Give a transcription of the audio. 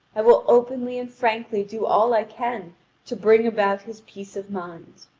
i will openly and frankly do all i can to bring about his peace of mind.